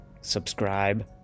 subscribe